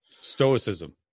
stoicism